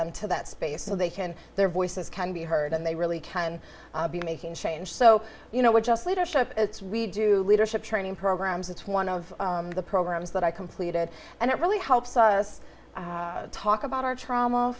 them to that space so they can their voices can be heard and they really can be making change so you know we're just leadership it's redo leadership training programs it's one of the programs that i completed and it really helps us talk about our trauma